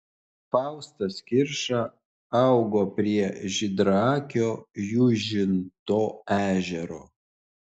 faustas kirša augo prie žydraakio jūžinto ežero